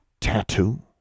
tattoo